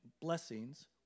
blessings